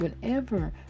whenever